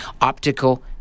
Optical